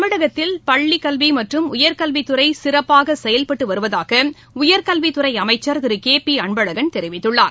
தமிழகத்தில் பள்ளிக் கல்விமற்றும் உயர் கல்வித் துறைசிறப்பாகசெயல்பட்டுவருவதாகஉயர்கல்வித் துறைஅமைச்சர் திருகேபி அன்பழகன் தெரிவித்துள்ளார்